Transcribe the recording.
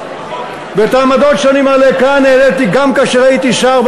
את העמדות שהעליתי כאן העליתי גם כאשר הייתי שר,